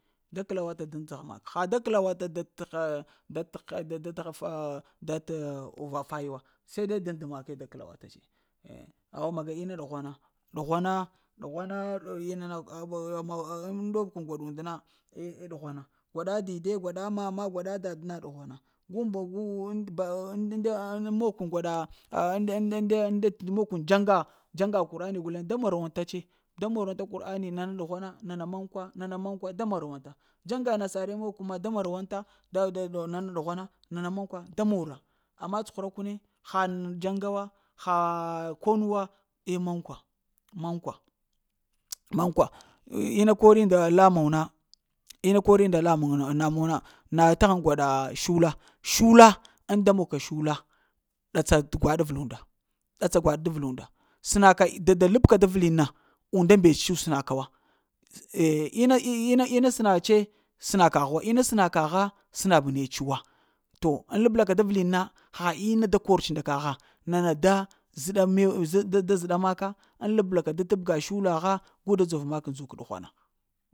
Da kəla wata daŋ dzaha dan ghmafe, ha da kəlawata da t'gha da t'ha da t'hafa da t' gha fai wa seh deg dan dəmake da kəlwa ta ce eh, awa maga ina ɗughwana, ɗughwana, ɗughwana? Ma na aw a ŋ ɗob kon gwaɗu und na eh eh ɗughwana gwaɗa dide gwaɗa mama, gwaɗa dadna ɗughwana, gu ŋ de mog kon gwaɗa ŋ-de ŋ-de mog kun dza ŋga dzaŋga kurani gulen da mara wanta e, da marawanta kurani na ɗughwana, nana mankwa nana nana mankwa da marawanta dzaŋga nasare mon ku da marawanta da-da-da na ɗughwana nana manka da mara amma cuhura kuni ha dzaŋga wa, haaa ko nuwa eh mankwa, mankwa mankwa? Ina kori nda la muwa na ina kori nda la muwa na namuwa na na ta haŋ gwaɗa shula, shula ŋ da mug ka shula, ɗatsa t'gwaɗa avla unda, ɗatsa gwaɗ da vla und səena ka dada lapka da vliŋ na unda mbetu səena ka wa eh eh ina-ina-inba tsnatse sna kagha wa ina na kaha snab netse wa. To ŋ labla ka da vlin na, ha inna da kor ce nda kagha, nana da zhɗa mew da da zhɗa maka ŋ labla ka da t'bga shula hagu da dzor mak ndzok ɗughwana